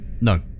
No